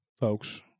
folks